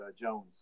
Jones